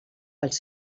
pels